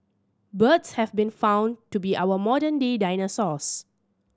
birds have been found to be our modern day dinosaurs